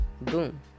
Boom